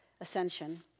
ascension